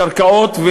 קרקעות,